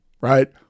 right